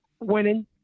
winning